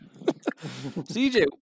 CJ